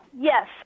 Yes